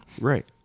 right